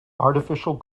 artificial